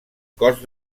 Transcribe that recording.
cos